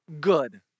good